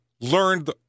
learned